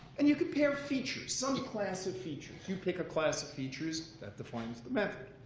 and you compare features, some class of features. you pick a class of features that defines the method.